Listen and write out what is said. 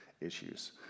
issues